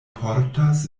portas